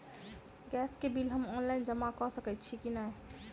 Gas केँ bill हम online जमा कऽ सकैत छी की नै?